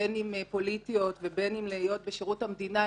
בין אם פוליטיות ובין אם בשירות המדינה,